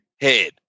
head